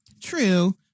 True